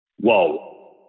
whoa